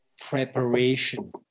preparation